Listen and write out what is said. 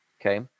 okay